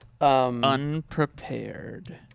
Unprepared